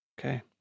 Okay